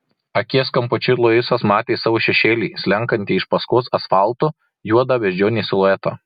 akies kampučiu luisas matė savo šešėlį slenkantį iš paskos asfaltu juodą beždžionės siluetą